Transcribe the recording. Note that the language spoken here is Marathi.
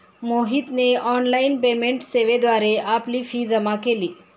मोहितने ऑनलाइन पेमेंट सेवेद्वारे आपली फी जमा केली